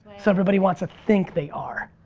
so everybody wants to think they are.